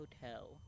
Hotel